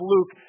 Luke